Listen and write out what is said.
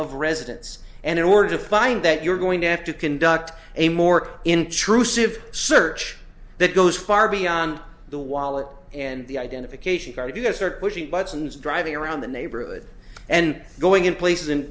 of residence and in order to find that you're going to have to conduct a more intrusive search that goes far beyond the wallet and the identification card you have start pushing buttons driving around the neighborhood and going in places and